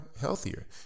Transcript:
healthier